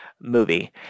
movie